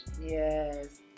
yes